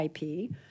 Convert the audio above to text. IP